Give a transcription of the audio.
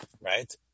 Right